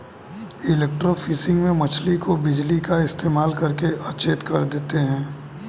electrofishing में मछली को बिजली का इस्तेमाल करके अचेत कर देते हैं